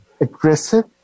aggressive